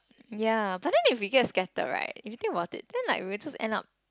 ya but then if we get scattered if you think about it then like we will just end up